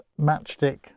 matchstick